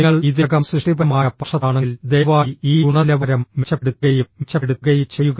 നിങ്ങൾ ഇതിനകം സൃഷ്ടിപരമായ പക്ഷത്താണെങ്കിൽ ദയവായി ഈ ഗുണനിലവാരം മെച്ചപ്പെടുത്തുകയും മെച്ചപ്പെടുത്തുകയും ചെയ്യുക